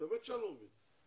באמת שאני לא מבין.